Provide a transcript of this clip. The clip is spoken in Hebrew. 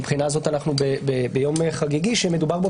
מבחינה זו אנו ביום חגיגי שמדובר בו